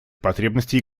потребностей